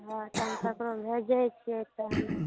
तव हम ककरो भेजै छियै पहिने